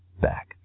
back